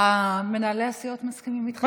מנהלי הסיעות מסכימים איתך.